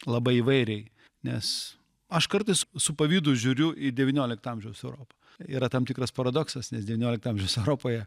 labai įvairiai nes aš kartais su pavydu žiūriu į devyniolikto amžiaus europa yra tam tikras paradoksas nes devyniolikto amžiaus europoje